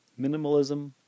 Minimalism